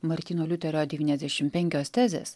martyno liuterio devyniasdešim penkios tezės